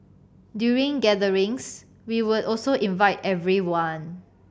during gatherings we would also invite everyone